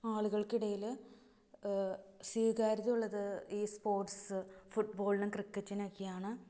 ആളുകൾക്കിടയില് സ്വീകാര്യതയുള്ളത് ഈ സ്പോർട്സ്സ് ഫുട്ബോളിന് ക്രിക്കറ്റിനൊക്കെയാണ്